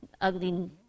ugly